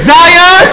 Zion